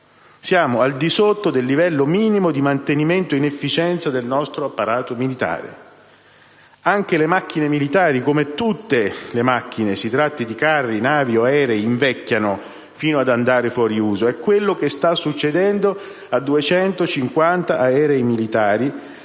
Siamo al di sotto del livello minimo di mantenimento in efficienza del nostro apparato militare. Anche le macchine militari, come tutte le macchine, si tratti di carri, navi o aerei, invecchiano fino ad andare fuori uso. È quello che sta succedendo a 250 aerei militari